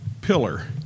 pillar